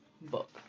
book